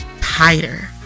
tighter